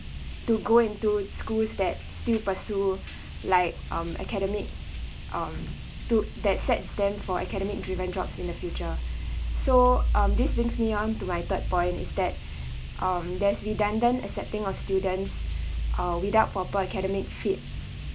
to go into schools that still pursue like um academic um to that sets them for academic driven jobs in the future so um this brings me on to my third point is that um there's redundant accepting of students uh without proper academic fit